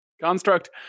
construct